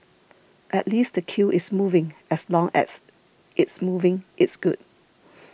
at least the queue is moving as long as it's moving it's good